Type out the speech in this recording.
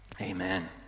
Amen